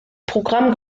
programm